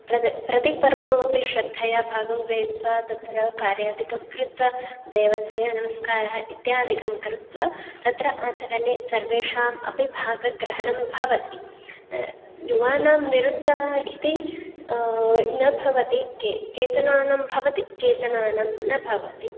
प्रज प्रतिपर्वमपि श्रद्धया भागं गृहीत्वा तत्र कार्यादिकं कृत्वा देवस्य नमस्कारः इत्यादिकं कृत्वा तत्र आचरणे सर्वेषाम् अपि भागग्रहणं भवति युवानां निरुत्साहः इति न भवति के केचनानां भवति केचनानां न भवति